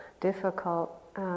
difficult